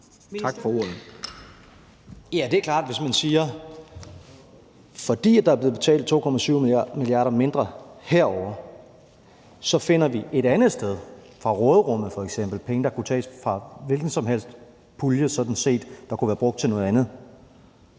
(Dan Jørgensen): Ja, det er klart, hvis man siger, at man, fordi der er blevet betalt 2,7 mia. kr. mindre herovre, så finder et andet sted, f.eks. fra råderummet, penge, der sådan set kunne tages fra hvilken som helst pulje, der kunne have været brugt til noget andet.